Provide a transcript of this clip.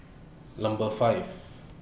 Number five